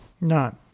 No